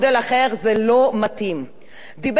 דיבר חבר הכנסת גאלב מג'אדלה על קג"ב.